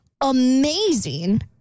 amazing